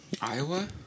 Iowa